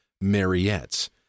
Mariette's